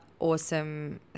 awesome